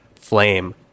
flame